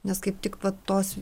nes kaip tik va tos